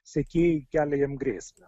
sekėjai kelia jiem grėsmę